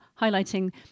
highlighting